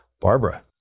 Barbara